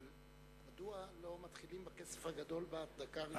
אבל מדוע לא מתחילים בכסף הגדול בדקה הראשונה?